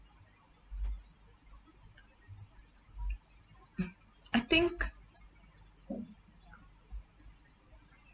mm I think